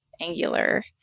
angular